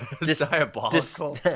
diabolical